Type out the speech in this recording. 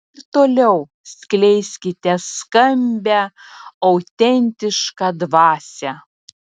ir toliau skleiskite skambią autentišką dvasią